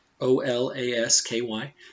O-L-A-S-K-Y